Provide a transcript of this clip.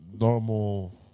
normal